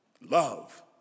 Love